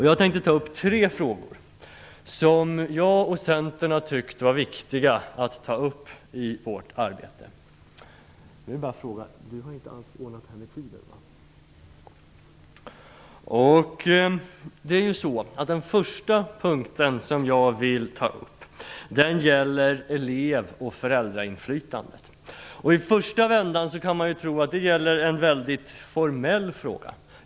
Jag tänkte ta upp tre frågor som jag och Centern har tyckt varit viktiga att ta upp i vårt arbete. Den första frågan gäller elev och föräldrainflytandet. I första vändan kan man tro att det är en väldigt formell fråga.